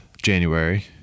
January